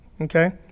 Okay